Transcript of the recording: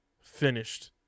finished